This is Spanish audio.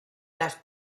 las